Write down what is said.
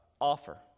offer